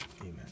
amen